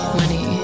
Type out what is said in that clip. money